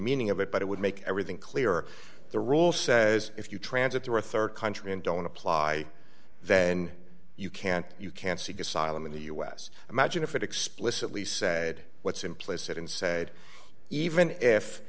meaning of it but it would make everything clear the rule says if you transit through a rd country and don't apply then you can't you can seek asylum in the us imagine if it explicitly said what's implicit in said even if